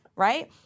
Right